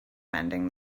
mending